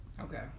Okay